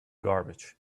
garbage